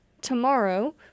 tomorrow